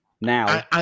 now